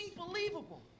Unbelievable